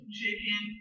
chicken